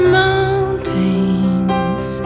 mountains